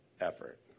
effort